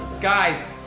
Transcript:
Guys